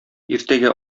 иртәгә